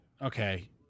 okay